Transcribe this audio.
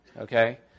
Okay